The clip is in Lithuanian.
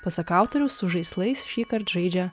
pasak autoriaus su žaislais šįkart žaidžia